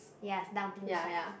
yes now blue sides